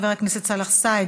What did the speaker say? חבר הכנסת סאלח סעד,